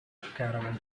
caravan